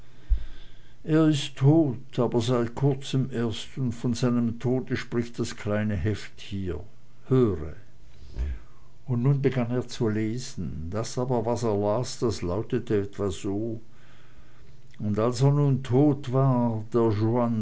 er ist tot aber seit kurzem erst und von seinem tode spricht das kleine heft hier höre und nun begann er zu lesen das aber was er las das lautete etwa so und als er nun tot war